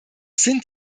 sind